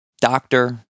doctor